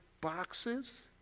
boxes